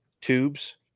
tubes